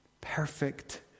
Perfect